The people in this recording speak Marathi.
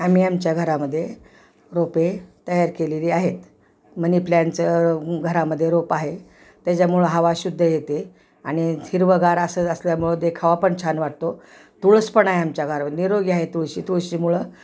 आम्ही आमच्या घरामध्ये रोपे तयार केलेले आहेत मनीप्लनचं घरामध्ये रोप आहे त्याच्यामुळं हवा शुद्ध येते आणि हिरवगार असं असल्यामुळं देखावा पण छान वाटतो तुळस पण आहे आमच्या घरावर निरोगी आहे तुळशी तुळशीमुळं